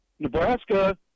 Nebraska